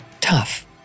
Tough